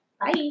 bye